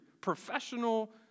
professional